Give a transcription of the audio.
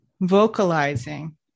vocalizing